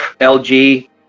LG